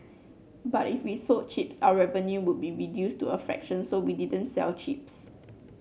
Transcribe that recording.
but if we sold chips our revenue would be reduced to a fraction so we didn't sell chips